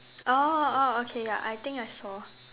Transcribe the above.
oh oh okay ya I think I saw